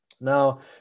Now